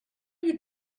you